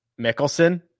Mickelson